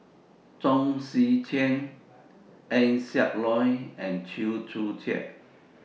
Chong Tze Chien Eng Siak Loy and Chew Joo Chiat